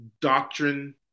doctrine